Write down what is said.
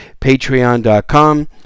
Patreon.com